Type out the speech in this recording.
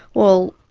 well,